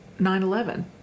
9-11